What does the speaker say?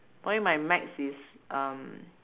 why my max is um